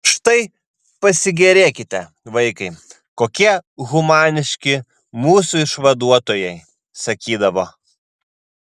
štai pasigėrėkite vaikai kokie humaniški mūsų išvaduotojai sakydavo